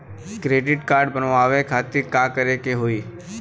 Credit card बनवावे खातिर का करे के होई?